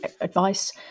advice